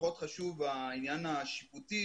שפחות חשוב העניין השיפוטי,